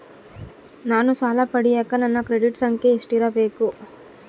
ನಾನು ಸಾಲ ಪಡಿಯಕ ನನ್ನ ಕ್ರೆಡಿಟ್ ಸಂಖ್ಯೆ ಎಷ್ಟಿರಬೇಕು?